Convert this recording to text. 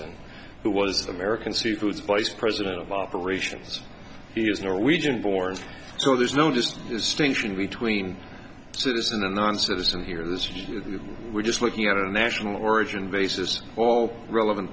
was american seafoods vice president of operations he is norwegian born so there's no just distinction between citizen and non citizen here this year we're just looking at a national origin basis all relevant